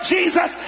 Jesus